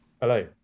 Hello